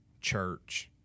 Church